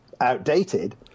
outdated